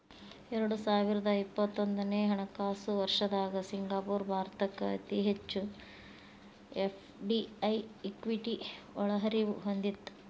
ಎರಡು ಸಾವಿರದ ಇಪ್ಪತ್ತೊಂದನೆ ಹಣಕಾಸು ವರ್ಷದ್ದಾಗ ಸಿಂಗಾಪುರ ಭಾರತಕ್ಕ ಅತಿ ಹೆಚ್ಚು ಎಫ್.ಡಿ.ಐ ಇಕ್ವಿಟಿ ಒಳಹರಿವು ಹೊಂದಿತ್ತ